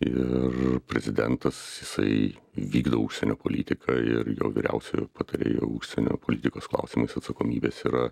ir prezidentas jisai vykdo užsienio politiką ir jo vyriausiojo patarėjo užsienio politikos klausimais atsakomybės yra